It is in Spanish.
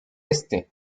este